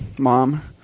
mom